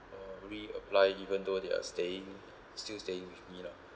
uh reapply even though they are staying still staying with me lah